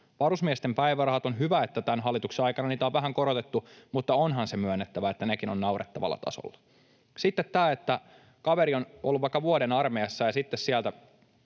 Varusmiesten päivärahat — on hyvä, että tämän hallituksen aikana niitä on vähän korotettu, mutta onhan se myönnettävä, että nekin ovat naurettavalla tasolla. Sitten tämä, että kaveri on ollut vaikka vuoden armeijassa ja sitten sieltä